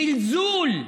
היא זלזול,